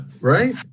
right